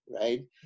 right